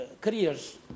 careers